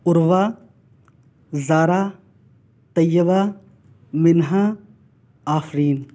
Urwa Zara Tayyaba Minha Afreen